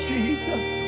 Jesus